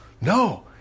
No